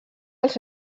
els